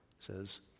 says